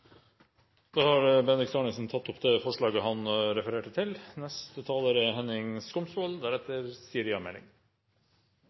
Da har representanten Bendiks H. Arnesen tatt det forslaget han refererte til.